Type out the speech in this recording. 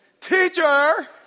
Teacher